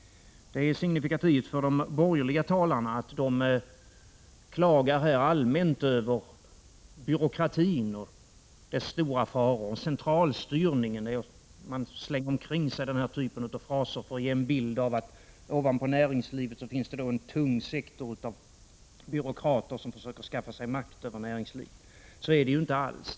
Det är signifikativt för de borgerliga talarna att allmänt klaga över byråkratins stora faror och över centralstyrningen. Man slänger den här typen av fraser omkring sig för att ge en bild av att det över näringslivet finns en tung sektor av byråkrater, som försöker skaffa sig makt över näringslivet. Så är det inte alls.